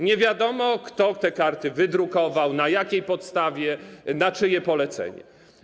Nie wiadomo, kto te karty wydrukował, na jakiej podstawie, na czyje polecenie.